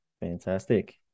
Fantastic